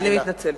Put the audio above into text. אני מתנצלת.